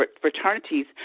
fraternities